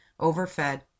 overfed